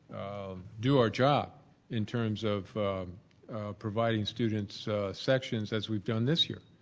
do our job in terms of providing students sections as we've done this year.